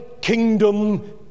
kingdom